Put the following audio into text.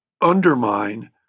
undermine